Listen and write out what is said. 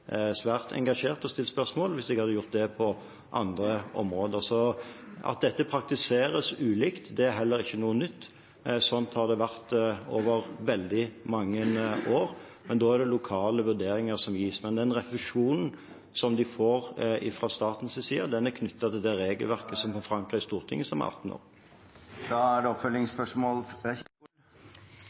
svært engasjert og stilt spørsmål hvis jeg hadde gjort det på andre områder. At dette praktiseres ulikt, er heller ikke noe nytt. Sånn har det vært i veldig mange år, men da er det lokale vurderinger som gis. Men den refusjonen de får fra statens side, er knyttet til det regelverket som er forankret i Stortinget, som sier 18 år. Her er situasjonen at man opplever at man ikke har hatt en egenandel tidligere. Det